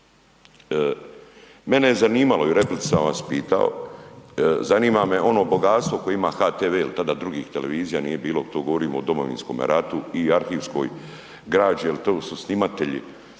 Mene je zanimalo i u replici sam vas pitao, zanima me ono bogatstvo koje ima HTV jel tada drugih televizija nije bilo, to govorimo o domovinskome ratu i arhivskoj građi jel to su snimatelji